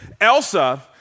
Elsa